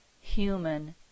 human